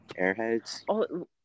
Airheads